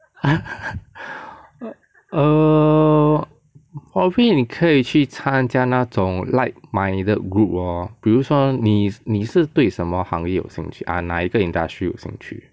!huh! err probably 你可以去参加那种 like-minded group lor 比如说你你是对什么行业有兴趣啊哪一个 industrial 有兴趣